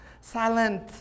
silent